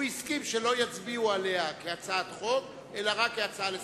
הוא הסכים שלא יצביעו עליה כהצעת חוק אלא כהצעה לסדר-היום.